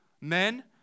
Men